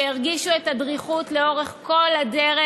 שהרגישו את הדריכות לאורך כל הדרך.